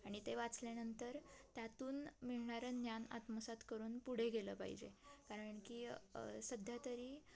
आणि ते वाचल्यानंतर त्यातून मिळणारं ज्ञान आत्मसात करून पुढे गेलं पाहिजे कारण की सध्या तरी